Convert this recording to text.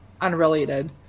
unrelated